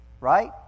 right